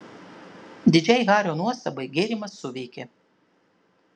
didžiai hario nuostabai gėrimas suveikė